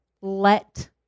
let